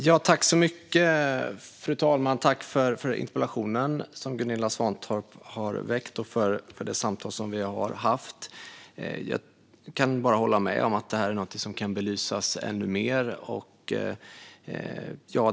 Fru talman! Jag tackar för den interpellation som Gunilla Svantorp ställt och för det samtal vi haft. Jag kan bara hålla med om att det här är någonting som kan belysas ännu mer.